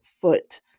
foot